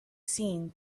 seen